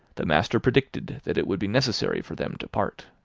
the master predicted that it would be necessary for them to part.